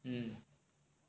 mm